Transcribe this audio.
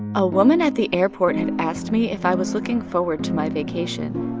a woman at the airport had asked me if i was looking forward to my vacation.